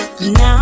Now